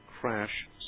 crash